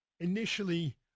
initially